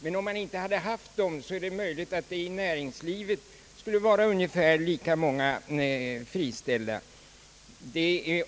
Men om man inte hade haft dessa åtgärder är det möjligt att det i näringslivet skulle vara ungefär lika många friställda.